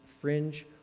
fringe